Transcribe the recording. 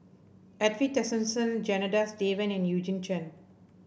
Edwin Tessensohn Janadas Devan and Eugene Chen